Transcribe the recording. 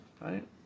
Right